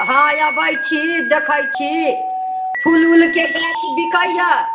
हँ अबैत छी देखैत छी फूल ओलके गाछ बिकाइ यऽ